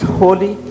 holy